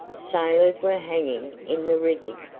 sailors were hanging in the rigging,